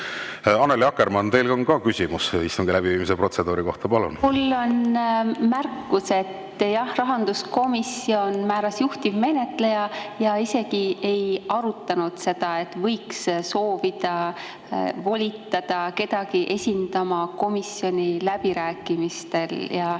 Annely Akkermann, teil on ka küsimus istungi läbiviimise protseduuri kohta. Palun! Mul on märkus. Jah, rahanduskomisjon määras juhtivmenetleja ja isegi ei arutanud seda, et võiks soovida volitada kedagi esindama komisjoni läbirääkimistel.